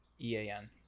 E-A-N